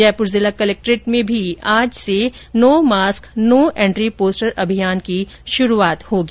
जयपुर जिला कलेक्ट्रेट में भी आज से no mask no entry poster अभियान की शुरूआत होगी